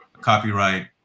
copyright